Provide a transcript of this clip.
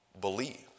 believe